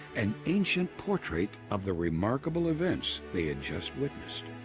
an ancient portrait of the remarkable events they had just witnessed.